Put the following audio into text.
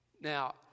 Now